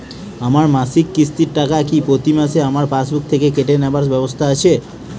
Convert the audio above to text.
আমার মাসিক কিস্তির টাকা কি প্রতিমাসে আমার পাসবুক থেকে কেটে নেবার ব্যবস্থা আছে?